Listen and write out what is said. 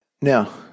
Now